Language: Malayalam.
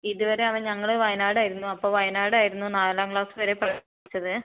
ഇതുവരെ അവൻ ഞങ്ങൾ വായനാടായിരുന്നു അപ്പോൾ വയനാടായിരുന്നു നാലാം ക്ലാസ്സുവരെ പഠിച്ചത്